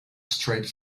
straight